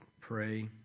pray